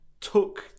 took